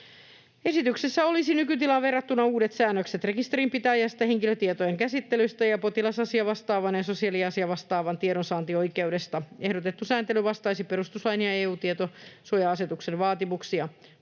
Esityksessä olisi nykytilaan verrattuna uudet säännökset rekisterinpitäjästä, henkilötietojen käsittelystä ja potilasasiavastaavan ja sosiaaliasiavastaavan tiedonsaantioikeudesta. Ehdotettu sääntely vastaisi perustuslain ja EU:n tietosuoja-asetuksen vaatimuksia.